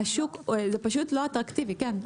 זה פשוט לא אטרקטיבי, כן.